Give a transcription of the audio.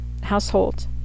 household